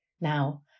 Now